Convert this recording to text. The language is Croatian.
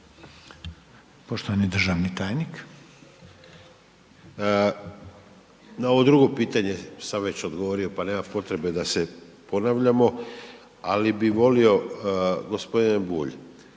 Tomislav (HDZ)** Na ovo drugo pitanje sam već odgovorio, pa nema potrebe da se ponavljamo, ali bi volio g. Bulj